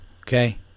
okay